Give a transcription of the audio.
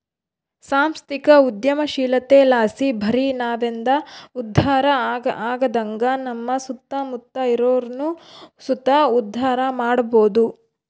ಸಾಂಸ್ಥಿಕ ಉದ್ಯಮಶೀಲತೆಲಾಸಿ ಬರಿ ನಾವಂದೆ ಉದ್ಧಾರ ಆಗದಂಗ ನಮ್ಮ ಸುತ್ತಮುತ್ತ ಇರೋರ್ನು ಸುತ ಉದ್ಧಾರ ಮಾಡಬೋದು